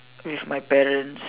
with my parents